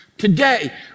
Today